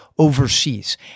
Overseas